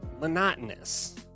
monotonous